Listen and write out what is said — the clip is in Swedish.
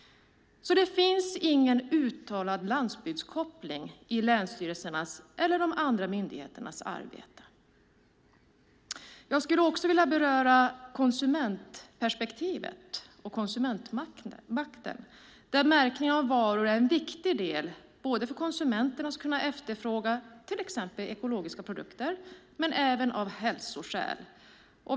Det finns alltså ingen uttalad landsbygdskoppling i länsstyrelsernas eller de andra myndigheternas arbete. Jag skulle också vilja beröra konsumentperspektivet och konsumentmakten, där märkning av varor är en viktig del för att konsumenterna ska kunna efterfråga till exempel ekologiska produkter men även av hälsoskäl.